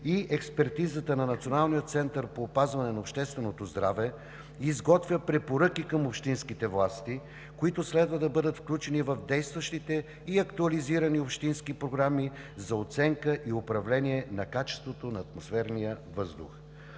и експертизата на Националния център по опазване на общественото здраве изготвя препоръки към общинските власти, които следва да бъдат включени в действащите и актуализирани общински програми за оценка и управление на качеството на атмосферния въздух.